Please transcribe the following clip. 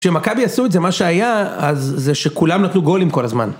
כשמכבי עשו את זה, מה שהיה, אז זה שכולם נתנו גולים כל הזמן.